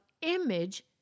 image